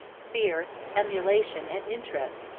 fear, emulation, and interest,